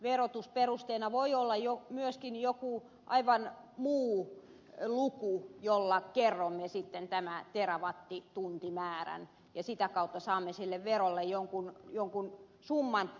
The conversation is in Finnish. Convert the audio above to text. verotusperusteena voi olla myöskin joku aivan muu luku jolla kerromme sitten tämän terawattituntimäärän ja sitä kautta saamme sille verolle jonkun summan